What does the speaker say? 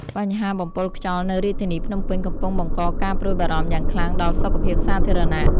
បញ្ហាបំពុលខ្យល់នៅរាជធានីភ្នំពេញកំពុងបង្កការព្រួយបារម្ភយ៉ាងខ្លាំងដល់សុខភាពសាធារណៈ។